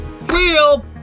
real